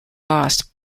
lost